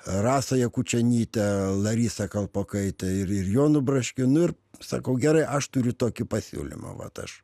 rasa jakučionyte larisa kalpokaite ir jonu braškiu nu ir sakau gerai aš turiu tokį pasiūlymą vat aš